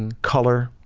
and color